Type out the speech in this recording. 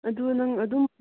ꯑꯗꯨ ꯅꯪ ꯑꯗꯨꯝ